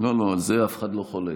על זה אף אחד לא חולק,